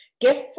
gift